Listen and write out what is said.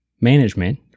management